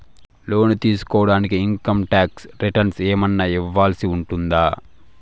లోను తీసుకోడానికి income tax returns ఏమన్నా ఇవ్వాల్సి ఉంటుందా